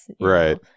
right